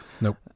Nope